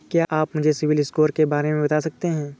क्या आप मुझे सिबिल स्कोर के बारे में बता सकते हैं?